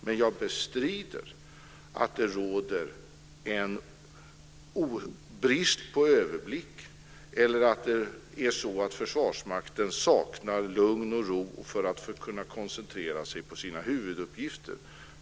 Men jag bestrider att det råder brist på överblick eller att Försvarsmakten saknar lugn och ro för att kunna koncentrera sig på sina huvuduppgifter.